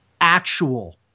actual